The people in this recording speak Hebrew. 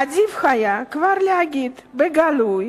עדיף כבר היה להגיד בגלוי